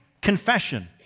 confession